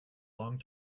long